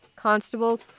constable